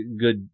good